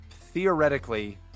theoretically